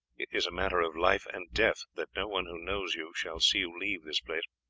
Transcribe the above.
it is a matter of life and death that no one who knows you shall see you leave this